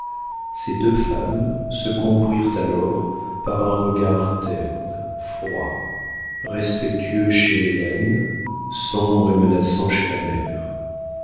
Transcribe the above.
ces deux femmes se comprirent alors par un regard terne froid respectueux pour hélène sombre et menaçant chez la mère